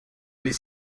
les